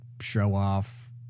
show-off